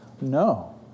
no